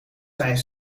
zijn